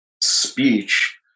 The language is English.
speech